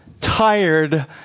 tired